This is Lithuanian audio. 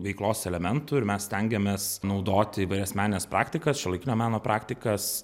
veiklos elementų ir mes stengiamės naudoti įvairias menines praktikas šiuolaikinio meno praktikas